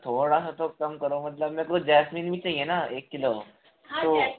थोड़ा सा तो कम करो मतलब मेरे को जेस्मीन भी चाहिए ना एक किलो तो